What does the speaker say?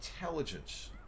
intelligence